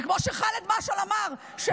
וכמו שח'אלד משעל אמר, תודה רבה.